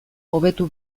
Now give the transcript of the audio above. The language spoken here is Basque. hobetu